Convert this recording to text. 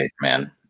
man